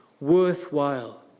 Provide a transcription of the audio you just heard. worthwhile